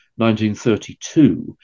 1932